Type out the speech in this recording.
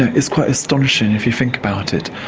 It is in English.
it's quite astonishing, if you think about it,